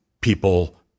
people